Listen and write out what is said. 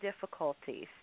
difficulties